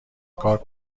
کار